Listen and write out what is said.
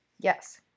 Yes